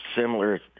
similar